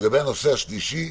לגבי הנושא השלישי.